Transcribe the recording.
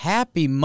Happy